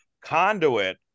conduit